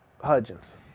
Hudgens